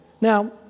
Now